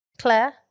Claire